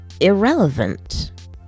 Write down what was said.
irrelevant